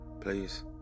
please